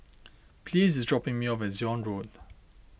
Pleas is dropping me off at Zion Road